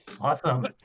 Awesome